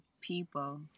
people